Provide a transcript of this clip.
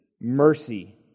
mercy